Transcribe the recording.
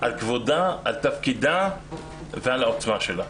על כבודה, על תפקידה ועל העוצמה שלה.